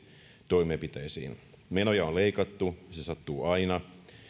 toimenpiteisiin menoja on leikattu se sattuu aina